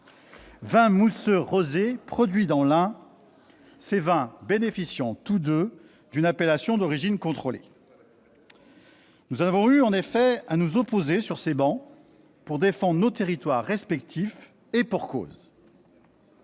vin mousseux rosé produit dans l'Ain, ces vins bénéficiant tous deux d'une appellation d'origine contrôlée. Nous avons eu en effet à nous opposer, sur ses bancs, pour défendre nos territoires respectifs, et pour cause